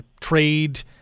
trade